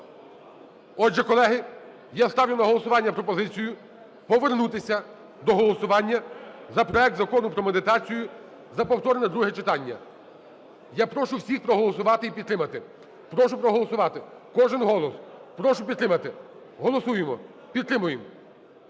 Отже, колеги, я ставлю на голосування пропозицію повернутися до голосування за проект Закону про медіацію, за повторне друге читання. Я прошу всіх проголосувати і підтримати. Прошу проголосувати, кожен голос. Прошу підтримати. Голосуємо. Підтримуємо.